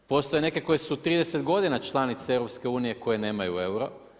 Postoje neke koje su 30 godina članica EU koje nemaju euro.